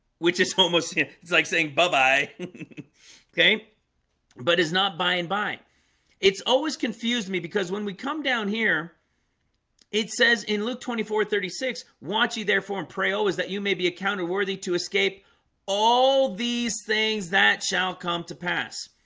which is almost it's like saying, buh-bye okay but it's not buying by it's always confused me because when we come down here it says in luke twenty four thirty six watchy. therefore prayo is that you may be a counterworthy to escape all these things that shall come to pass.